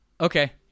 Okay